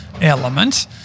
element